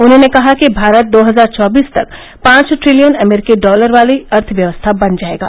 उन्होंने कहा कि भारत दो हजार चौबीस तक पांच ट्रिलियन अमरीकी डालर वाली अर्थव्यवस्था बन जायेगा